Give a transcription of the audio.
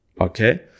Okay